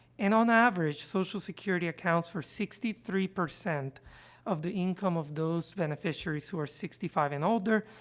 and on average, social security accounts for sixty three percent of the income of those beneficiaries who are sixty five and older.